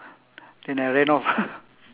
then I ran off